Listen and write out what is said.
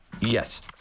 yes